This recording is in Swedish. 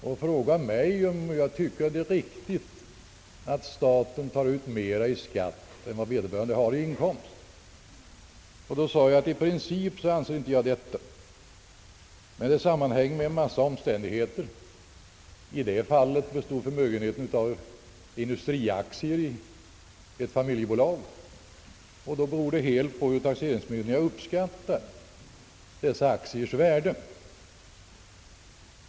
Han frågade mig om jag tyckte det var riktigt att staten tar ut mera i skatt än vad vederbörande har i inkomst. Jag sade att i princip ansåg jag detta inte vara riktigt men att det sammanhänger med en massa omständigheter. I detta fall bestod förmögenheten av industriaktier i ett familjebolag, och då berodde det på hur taxeringsmyndigheterna uppskattar dessa aktiers värde.